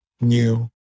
new